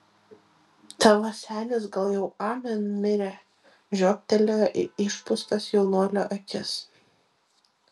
tavo senis gal jau amen mirė žiobtelėjo į išpūstas jaunuolio akis